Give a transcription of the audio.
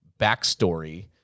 backstory